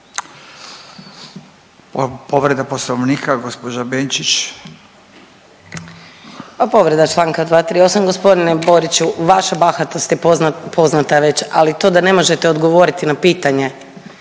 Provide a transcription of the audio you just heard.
**Benčić, Sandra (Možemo!)** Pa povreda članka 238. Gospodine Boriću vaša bahatost je poznata već, ali to da ne možete odgovoriti na pitanje